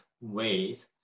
ways